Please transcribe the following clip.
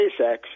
SpaceX